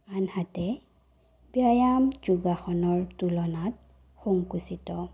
আনহাতে ব্যায়াম যোগাসনৰ তুলনাত সংকুচিত